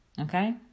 okay